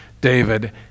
David